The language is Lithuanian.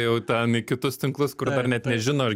jau ten į kitus tinklus kur dar net nežino ar